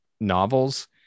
novels